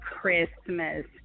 Christmas